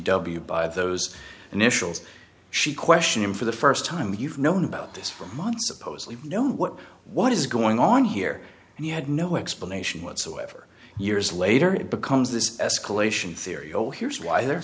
w by those initials she question him for the first time you've known about this for months opposed you know what what is going on here and you had no explanation whatsoever years later it becomes this escalation theory oh here's why the